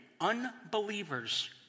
unbelievers